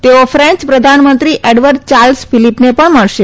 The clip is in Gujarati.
તેઓ ફેન્ચ પ્રધાનમંત્રી એડવર્ડ યાર્લ્સ ફીલીપને પણ મળશે